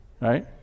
Right